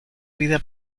vida